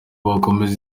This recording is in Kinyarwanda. bakomeza